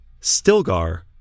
Stilgar